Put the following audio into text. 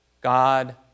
God